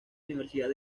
universidad